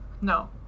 no